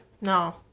No